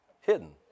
hidden